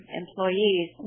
employees